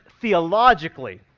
theologically